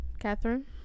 Catherine